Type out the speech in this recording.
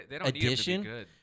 addition